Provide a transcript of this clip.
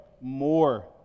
more